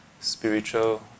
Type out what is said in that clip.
spiritual